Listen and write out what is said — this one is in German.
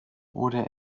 wurde